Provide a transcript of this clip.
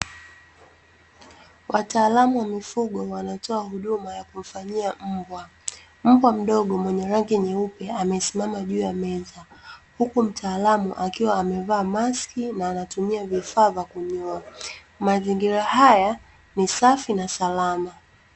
Wataalamu wa mifugo wanatoa huduma ya kumfanyia mbwa. Mbwa mdogo mwenye rangi nyeupe amesimama juu ya meza, huku mtaalamu akiwa amevaa maski na anatumia vifaa vya kunyoa. Mazingira haya ni safi na salama.